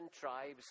tribes